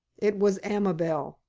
it was amabel.